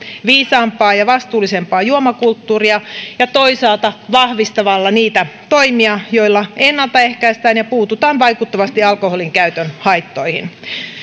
viisaampaa ja ja vastuullisempaa juomakulttuuria ja toisaalta vahvistamalla niitä toimia joilla ennaltaehkäistään ja puututaan vaikuttavasti alkoholinkäytön haittoihin